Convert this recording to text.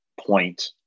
point